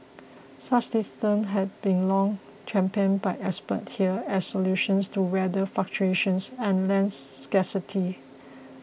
such systems have been long championed by experts here as solutions to weather fluctuations and land scarcity